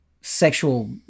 sexual